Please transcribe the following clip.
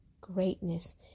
greatness